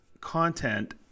content